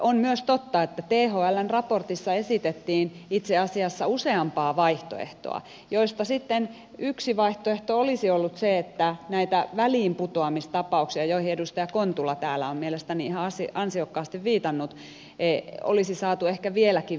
on myös totta että thln raportissa esitettiin itse asiassa useampaa vaihtoehtoa joista sitten yksi vaihtoehto olisi ollut se että näitä väliinputoamistapauksia joihin edustaja kontula täällä on mielestäni ihan ansiokkaasti viitannut olisi saatu ehkä vieläkin vähemmiksi